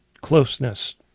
closeness